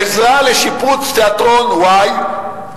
עזרה לשיפוץ תיאטרון y,